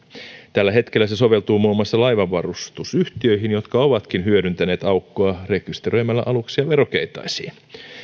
tällä hetkellä se soveltuu muun muassa laivanvarustusyhtiöihin jotka ovatkin hyödyntäneet aukkoa rekisteröimällä aluksia verokeitaisiin